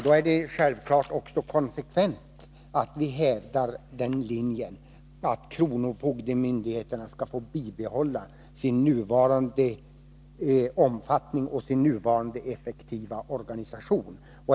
Då är det konsekvent att hävda linjen att kronofogdemyndigheterna skall få bibehålla sin nuvarande omfattning och sin nuvarande effektiva organisation.